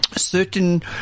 Certain